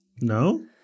No